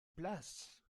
place